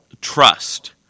trust